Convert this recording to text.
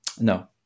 no